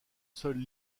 seules